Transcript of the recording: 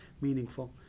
meaningful